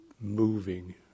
moving